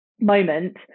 moment